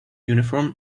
uniform